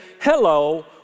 hello